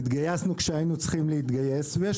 התגייסנו כשהיינו צריכים להתגייס ויש